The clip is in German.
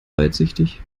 weitsichtig